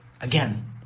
Again